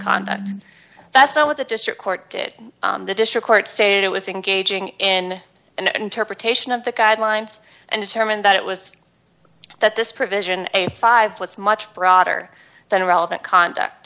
conduct that's not what the district court did the district court stated it was engaging in an interpretation of the guidelines and determined that it was that this provision a five what's much broader than relevant conduct